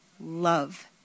love